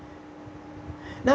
now